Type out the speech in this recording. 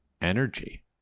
energy